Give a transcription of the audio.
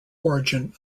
origin